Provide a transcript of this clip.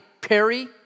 Perry